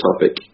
topic